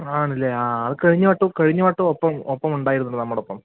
ആണല്ലേ ആ അത് കഴിഞ്ഞ വട്ടവും കഴിഞ്ഞ വട്ടവും ഒപ്പം ഒപ്പം ഉണ്ടായിരുന്നതാ നമ്മുടെയൊപ്പം